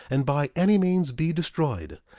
and by any means be destroyed,